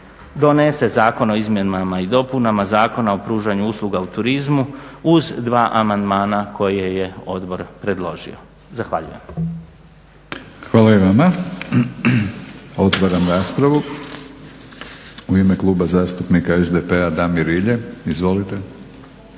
donese zakon o izmjenama i dopunama Zakona o pružanju usluga u turizmu uz dva amandmana koje je odbor predložio. Zahvaljujem. **Batinić, Milorad (HNS)** Hvala i vama. Otvaram raspravu. U ime Kluba zastupnika SDP-a Damir Rilje. Izvolite.